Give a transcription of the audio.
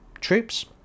troops